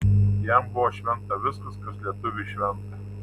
jam buvo šventa viskas kas lietuviui šventa